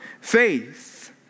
faith